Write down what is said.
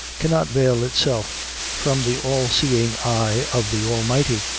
cannot veil itself from the all-seeing eye of the almighty.